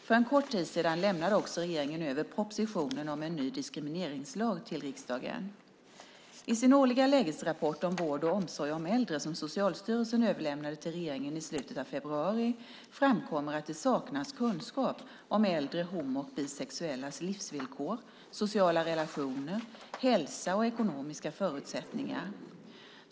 För en kort tid sedan lämnade också regeringen över propositionen om en ny diskrimineringslag till riksdagen. I sin årliga lägesrapport om vård och omsorg om äldre som Socialstyrelsen överlämnade till regeringen i slutet av februari framkommer att det saknas kunskap om äldre homo och bisexuellas livsvillkor, sociala relationer, hälsa och ekonomiska förutsättningar.